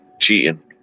cheating